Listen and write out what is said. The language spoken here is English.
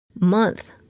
month